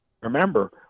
remember